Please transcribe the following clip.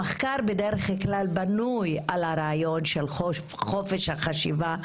המחקר בדרך-כלל בנוי על הרעיון של חופש החשיבה,